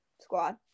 squad